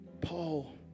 Paul